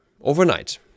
overnight